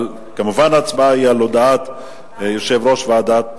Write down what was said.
כמובן, ההצבעה היא על הודעת יושב-ראש ועדת